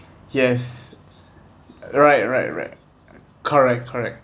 yes right right right correct correct